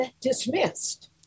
dismissed